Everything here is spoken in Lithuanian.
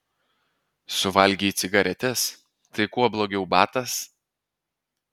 suvalgei cigaretes tai kuo blogiau batas